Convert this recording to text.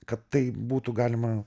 kad tai būtų galima